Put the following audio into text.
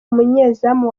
umunyezamu